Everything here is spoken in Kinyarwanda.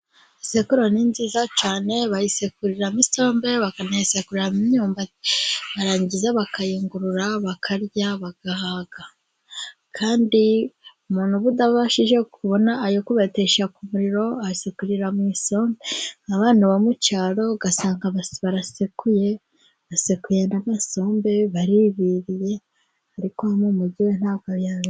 Isekuru ni nziza cyane bayisekuriramo isambe, bakanayisekuramo imyumbati barangiza bakayingurura bakarya bagahaga, kandi umuntu uba utabashije kubona ayo kubatesha ku muririro asekurira mu isombe, abana ba mu cyaro ugasanga barasekuye baseku n'agabasombe baribiririye, ariko uwo mu mujyi we ntabwo yabishobora.